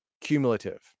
cumulative